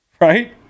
Right